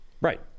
right